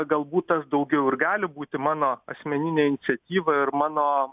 galbūt tas daugiau ir gali būti mano asmeninė iniciatyva ir mano